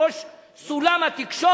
בראש סולם התקשורת,